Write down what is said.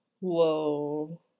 Whoa